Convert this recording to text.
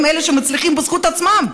והם אלה שמצליחים בזכות עצמם,